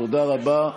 תודה רבה.